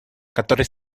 который